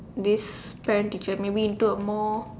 this parent teacher maybe into a more